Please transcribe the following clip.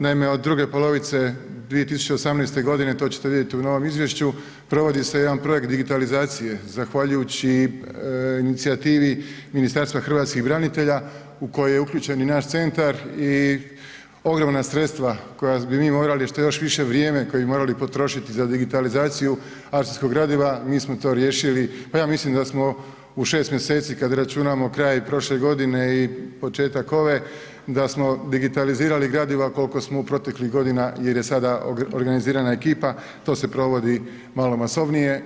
Naime od druge polovice 2018. godine to ćete vidjeti u novom izvješću provodi se jedan projekt digitalizacije zahvaljujući inicijativi Ministarstva hrvatskih branitelja u koju je uključen i naš centar i ogromna sredstva koja bi mi morali i što je još više vrijeme koje bi morali potrošiti za digitalizaciju arhivskog gradiva mi smo to riješili, pa ja mislim da smo u 6 mjeseci kad računamo kraj prošle godine i početak ove da smo digitalizirali gradiva koliko smo u proteklih godina jer je sada organizirana ekipa to se provodi malo masovnije.